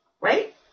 right